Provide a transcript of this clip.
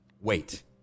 Wait